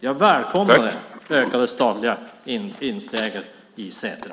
Jag välkomnar det ökade statliga insteget i Setra.